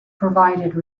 provided